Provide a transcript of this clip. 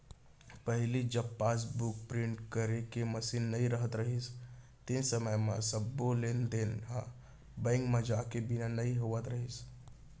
पहिली जब passbook print करे के मसीन नइ रहत रहिस तेन समय म सबो लेन देन ह बेंक म जाए बिना नइ होवत रहिस